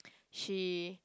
she